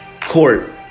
court